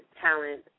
talent